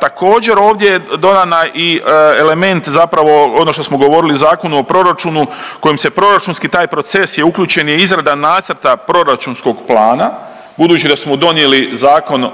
Također, ovdje je dodatna i element zapravo ono što smo govorili u Zakonu o proračunu kojim se proračunski taj proces je uključen i izrada nacrta proračunskog plana budući da smo donijeli zakon